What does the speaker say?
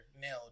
nailed